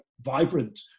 vibrant